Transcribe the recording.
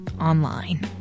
online